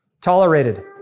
tolerated